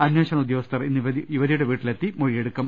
അന്വേഷണ ഉദ്യോഗസ്ഥൻ ഇന്ന് യുവതിയുടെ വീട്ടിലെത്തി മൊഴിയെടുക്കും